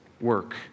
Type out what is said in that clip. work